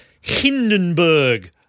Hindenburg